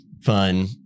Fun